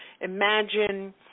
Imagine